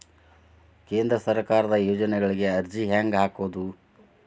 ಕೇಂದ್ರ ಸರ್ಕಾರದ ಯೋಜನೆಗಳಿಗೆ ಅರ್ಜಿ ಹೆಂಗೆ ಹಾಕೋದು?